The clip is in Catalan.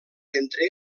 entre